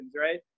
right